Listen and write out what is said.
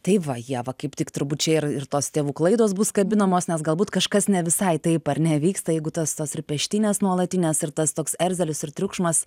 tai va ieva kaip tik turbūt čia ir ir tos tėvų klaidos bus kabinamos nes galbūt kažkas ne visai taip ar ne vyksta jeigu tos tos ir peštynės nuolatinės ir tas toks erzelis ir triukšmas